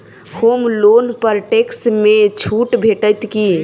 होम loan पर tax मे छुट भेटत की